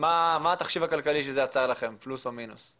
מה התחשיב הכלכלי שזה יצר לכם, פלוס או מינוס.